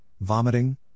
vomiting